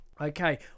Okay